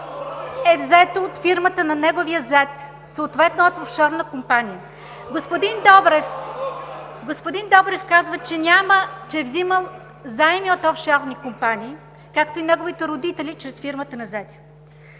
е взет от фирмата на неговия зет, съответно от офшорна компания. Господин Добрев казва, че е взимал заеми от офшорни компании, както и неговите родители чрез фирмата на